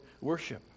worship